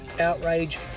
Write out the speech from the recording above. outrage